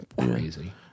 crazy